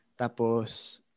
Tapos